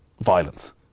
violence